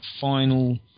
final